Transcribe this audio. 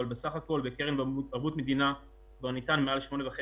אבל בסך הכול בקרן ערבות המדינה כבר ניתן מעל 8.5